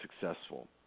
successful